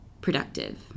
productive